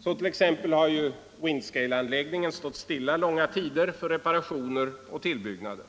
Så t.ex. har Windscaleanläggningen stått stilla långa tider för reparationer och tillbyggnader.